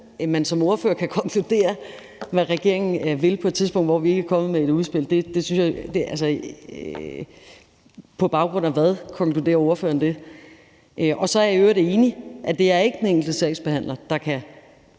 man som ordfører kan konkludere, hvad regeringen vil på et tidspunkt, hvor vi ikke er kommet med et udspil, ved jeg ikke. På baggrund af hvad konkluderer ordføreren det? Og så er jeg i øvrigt enig. Det er ikke den enkelte sagsbehandler, der kan